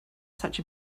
such